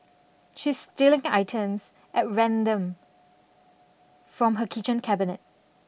she's stealing items at random from her kitchen cabinet